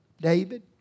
David